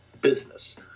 business